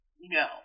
No